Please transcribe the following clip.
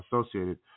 associated